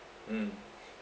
mm